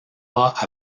pas